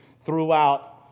throughout